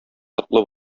котлы